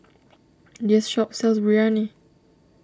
this shop sells Biryani